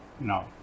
no